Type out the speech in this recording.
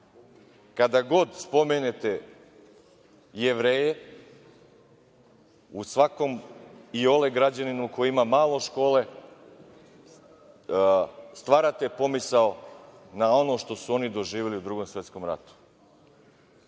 kada god spomenete Jevreje, u svakom iole građaninu koji ima malo škole stvarate pomisao na ono što su oni doživeli u Drugom svetskom ratu. Kad